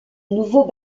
nouveaux